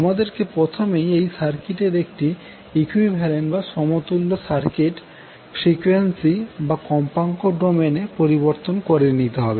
আমাদেরকে প্রথমেই এই সার্কিটের একটি ইকুইভ্যালেন্ট বা সমতুল্য সার্কিট ফ্রিকোয়েন্সি বা কম্পাঙ্ক ডোমেইনে পরিবর্তন করে নিতে হবে